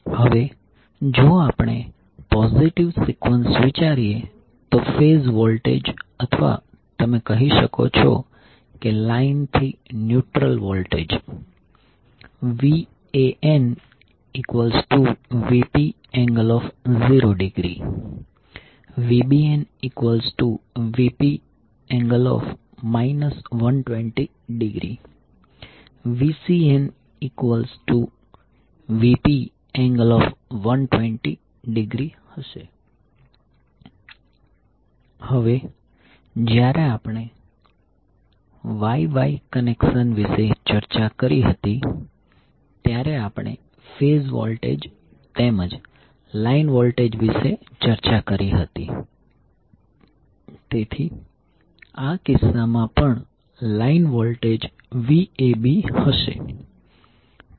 હવે જો આપણે પોઝીટીવ સિકવન્સ વિચારીએ તો ફેઝ વોલ્ટેજ અથવા તમે કહી શકો છો કે લાઈન થી neutral voltage VanVp∠0° VbnVp∠ 120° VcnVp∠120° હશે હવે જ્યારે આપણે Y Y કનેક્શન વિશે ચર્ચા કરી હતી ત્યારે આપણે ફેઝ વોલ્ટેજ તેમજ લાઇન વોલ્ટેજ વિશે ચર્ચા કરી હતી તેથી આ કિસ્સામાં પણ લાઈન વોલ્ટેજ Vab હશે